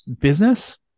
business